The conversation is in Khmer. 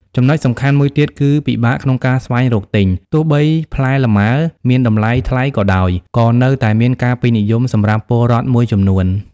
ចំណុចសំខាន់មួយទៀតគឺពិបាកក្នុងការស្វែងរកទិញ ទោះបីផ្លែលម៉ើមានតម្លៃថ្លៃក៏ដោយ ក៏នៅតែមានការពេញនិយមសម្រាប់ពលរដ្ឋមួយចំនួន។